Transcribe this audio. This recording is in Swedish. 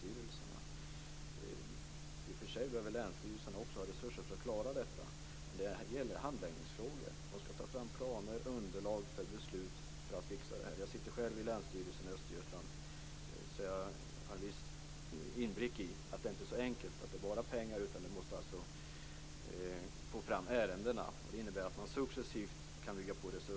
I och för sig behöver länsstyrelserna resurser för att klara detta. Men det gäller även handläggningsfrågor. Man skall ta fram planer och underlag för beslut för att fixa det här. Jag sitter själv i länsstyrelsen i Östergötland och har därför viss inblick i att det inte är så enkelt att det bara handlar om pengar. Man måste också få fram ärendena. Det innebär att man successivt kan bygga på resurser.